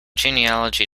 genealogy